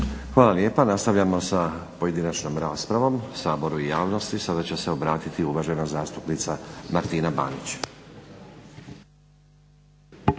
Hvala lijepa. Nastavljamo sa pojedinačnom raspravom. Saboru i javnosti sada će se obratiti uvažena zastupnica Martina Banić.